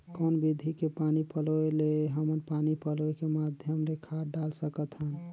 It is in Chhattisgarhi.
कौन विधि के पानी पलोय ले हमन पानी पलोय के माध्यम ले खाद डाल सकत हन?